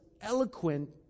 eloquent